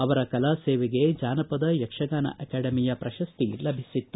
ಅವರ ಕಲಾಸೇವೆಗೆ ಜಾನಪದ ಯಕ್ಷಗಾನ ಅಕಾಡೆಮಿಯ ಪ್ರಶಸ್ತಿ ಲಭಿಸಿತ್ತು